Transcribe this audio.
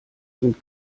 sind